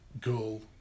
goal